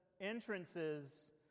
entrances